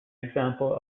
example